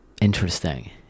Interesting